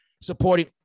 supporting